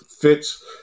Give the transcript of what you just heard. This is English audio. Fits